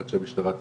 עד שהמשטרה טיפלה,